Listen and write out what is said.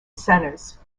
centers